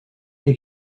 les